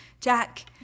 Jack